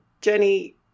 Jenny